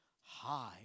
high